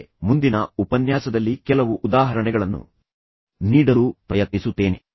ಮತ್ತೆ ನಾನು ಮುಂದಿನ ಉಪನ್ಯಾಸದಲ್ಲಿ ಕೆಲವು ಉದಾಹರಣೆಗಳನ್ನು ನೀಡಲು ಪ್ರಯತ್ನಿಸುತ್ತೇನೆ